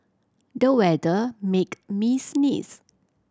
the weather make me sneeze